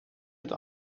het